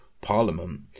parliament